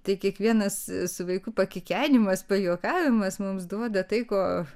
tai kiekvienas su vaiku pakikenimas pajuokavimas mums duoda tai ko